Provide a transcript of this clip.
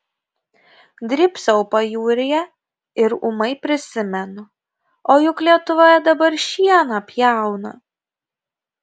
drybsau pajūryje ir ūmai prisimenu o juk lietuvoje dabar šieną pjauna